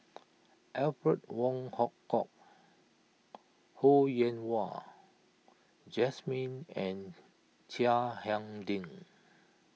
Alfred Wong Hong Kwok Ho Yen Wah Jesmine and Chiang Hai Ding